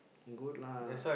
good lah